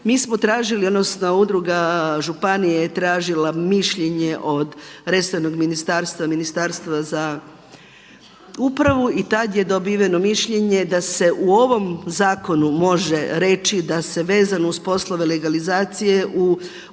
Mi smo tražili odnosno Udruga županija je tražila mišljenje od resornog ministarstva Ministarstva za upravu i tada je dobiveno mišljenje da se u ovom zakonu može reći da se vezano uz poslove legalizacije u uredima